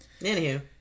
Anywho